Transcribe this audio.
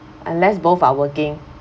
unless both are working